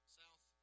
south